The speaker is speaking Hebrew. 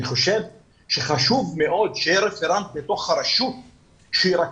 אני חושב שחשוב מאוד שיהיה רפרנט בתוך הרשות שירכז